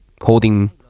holding